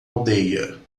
aldeia